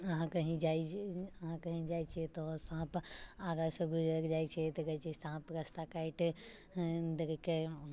अहाँ कहीँ जाइ अहाँ कहीँ जाइ छियै तऽ साँप आगाँसँ गुजरि जाइ छै तऽ कहै छै साँप रास्ता काटि देलकै